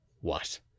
What